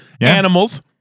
Animals